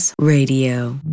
Radio